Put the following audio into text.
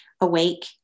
awake